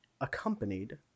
accompanied